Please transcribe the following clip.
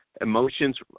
emotions